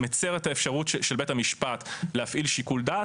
מצר את האפשרות של בית המשפט להפעיל שיקול דעת,